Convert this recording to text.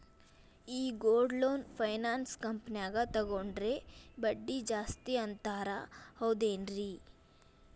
ಈ gold loan finance ಕಂಪನ್ಯಾಗ ತಗೊಂಡ್ರೆ ಬಡ್ಡಿ ಜಾಸ್ತಿ ಅಂತಾರ ಹೌದೇನ್ರಿ?